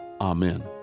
amen